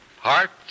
Hearts